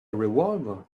revolver